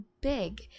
big